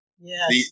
Yes